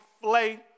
Flay